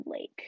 lake